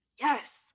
Yes